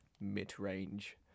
mid-range